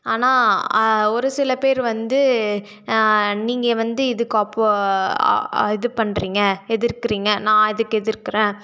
ஆனால் ஒரு சில பேர் வந்து நீங்கள் வந்து இதுக்கு அப்போது இது பண்ணுறீங்க எதிர்க்கிறீங்க நான் இதுக்கு எதிர்க்கிறேன்